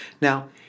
Now